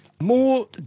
More